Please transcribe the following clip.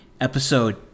episode